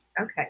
Okay